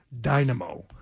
dynamo